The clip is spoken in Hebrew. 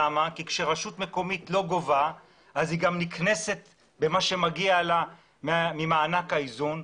כשרשות מקומית לא גובה היא נקנסת במה שמגיע לה ממענק האיזון,